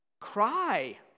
Cry